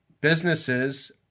businesses